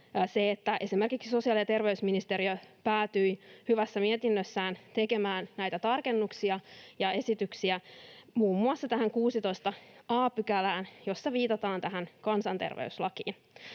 esimerkiksi sosiaali‑ ja terveysvaliokunta päätyi hyvässä mietinnössään tekemään näitä tarkennuksia ja esityksiä muun muassa tähän 16 a §:ään, jossa viitataan tähän kansanterveyslakiin.